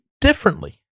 differently